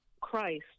Christ